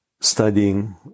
Studying